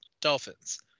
Dolphins